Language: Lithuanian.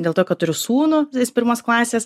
dėl to kad turiu sūnų jis pirmos klasės